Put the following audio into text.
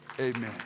Amen